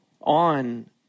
on